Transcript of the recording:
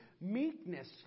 Meekness